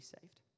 saved